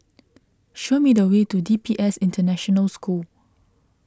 show me the way to D P S International School